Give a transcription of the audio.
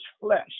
flesh